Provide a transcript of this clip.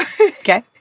Okay